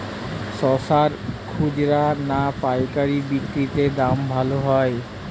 শশার খুচরা না পায়কারী বিক্রি তে দাম ভালো হয়?